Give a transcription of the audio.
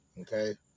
okay